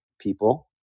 people